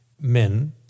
men